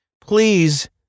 please